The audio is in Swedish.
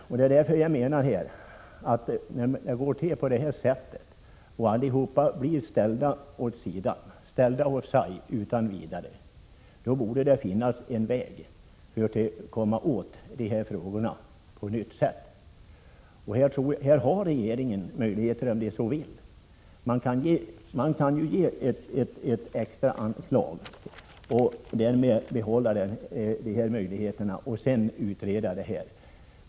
När ett beslut har gått till på detta sätt, där så många utan vidare blivit ställda åt sidan, borde det finnas en väg att på nytt ta upp ärendet. Där har regeringen en möjlighet, om den så vill. Man kan ju bevilja ett extra anslag, så att möjligheterna till statsbidrag därmed behålls, och sedan utreda ärendet.